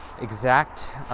exact